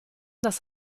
das